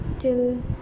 Till